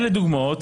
אלה דוגמאות.